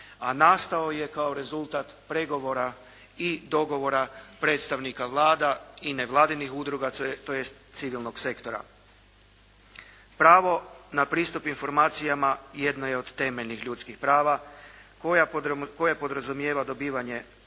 a nastao je kao rezultat pregovora i dogovora predstavnika vlada i nevladinih udruga tj. civilnog sektora. Pravo na pristup informacijama jedno je od temeljnih ljudskih prava koje podrazumijeva dobivanje ažurnih,